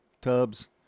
tubs